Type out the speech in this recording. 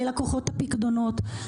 ללקוחות הפיקדונות.